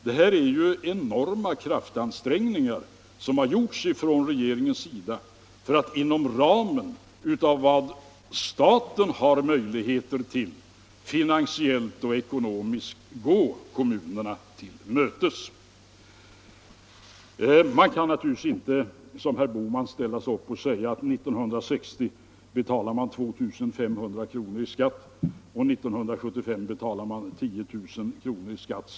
Detta är enorma kraftansträngningar som gjorts från regeringens sida för att inom ramen för vad staten har möjligheter till, finansiellt och ekonomiskt, gå kommunerna till mötes. Man kan naturligtvis inte bara resonera som herr Bohman gör då han säger: 1960 betalade en person 2 500 kr. i skatt, och 1975 betalar han 10 000 kr. i skatt.